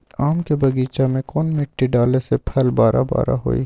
आम के बगीचा में कौन मिट्टी डाले से फल बारा बारा होई?